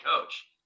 coach